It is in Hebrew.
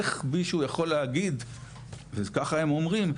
איך מישהו יכול להגיד וככה הם אומרים,